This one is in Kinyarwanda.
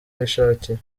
yishakiye